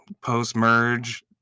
Post-merge